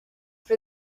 for